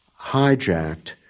hijacked